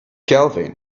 kelvin